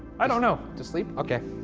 i don't know. to sleep, okay.